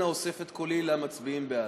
אנא הוסף את קולי למצביעים בעד.